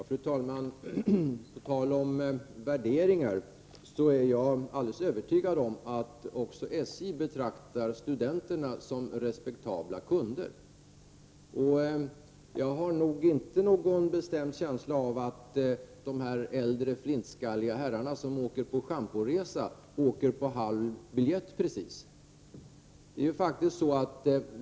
Fru talman! På tal om värderingar är jag alldeles övertygad om att också SJ betraktar studenterna som respektabla kunder. Jag har ingen bestämd känsla av att de äldre flintskalliga herrar som åker på schamporesor får göra det på halv biljett.